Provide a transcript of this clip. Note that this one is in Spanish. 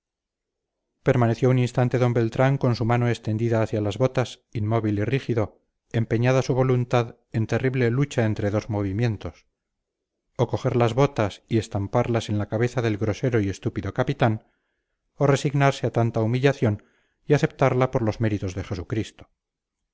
permaneció un instante d beltrán con su mano extendida hacia las botas inmóvil y rígido empeñada su voluntad en terrible lucha entre dos movimientos o coger las botas y estamparlas en la cabeza del grosero y estúpido capitán o resignarse a tanta humillación y aceptarla por los méritos de jesucristo